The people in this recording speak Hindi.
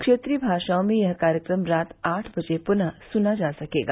क्षेत्रीय भाषाओं में यह कार्यक्रम रात आठ बजे पुनः सुना जा सकेगा